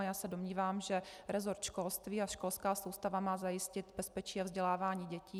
Já se domnívám, že resort školství a školská soustava má zajistit bezpečí a vzdělávání dětí.